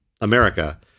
America